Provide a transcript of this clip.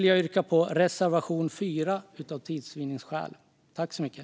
Jag yrkar bifall till reservation 4.